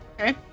Okay